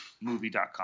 movie.com